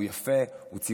הוא יפה, הוא צבעוני.